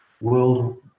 World